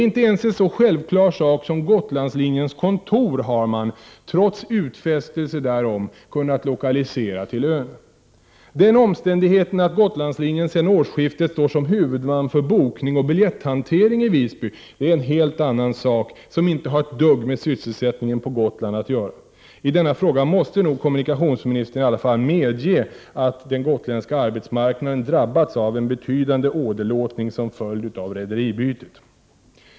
Inte ens en så självklar sak som Gotlandslinjens kontor har man — trots utfästelse därom — kunnat lokalisera till ön. Den omständigheten att Gotlandslinjen sedan årsskiftet står som huvudman för bokning och biljetthantering i Visby är en helt annan sak som inte har ett dugg med sysselsättningen på Gotland att göra. I denna fråga måste nog kommunikationsministern i alla fall medge att den gotländska arbetsmarknaden drabbats av en betydande åderlåtning som följd av rederibytet.